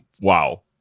Wow